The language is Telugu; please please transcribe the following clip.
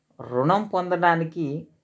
రుణం పొందడానికి